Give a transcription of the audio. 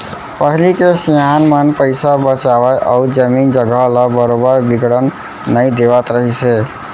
पहिली के सियान मन पइसा बचावय अउ जमीन जघा ल बरोबर बिगड़न नई देवत रहिस हे